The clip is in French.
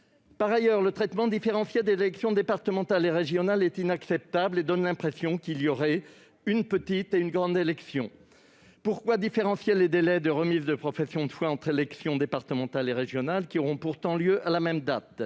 Par ailleurs, le traitement différencié des élections départementales et régionales est inacceptable et donne l'impression qu'il y aurait une petite et une grande élection. Pourquoi différencier les délais de remise des professions de foi entre les élections départementales et les élections régionales, qui auront pourtant lieu à la même date ?